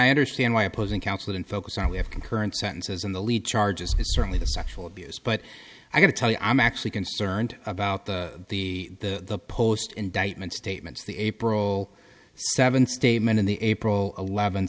i understand why opposing counsel and focus on we have concurrent sentences in the lead charges is certainly the sexual abuse but i got to tell you i'm actually concerned about the the the post indictment statements the april seventh statement in the april eleven